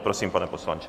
Prosím, pane poslanče.